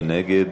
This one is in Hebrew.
מי נגד?